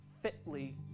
fitly